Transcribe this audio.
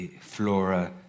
flora